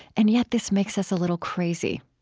and yet this makes us a little crazy.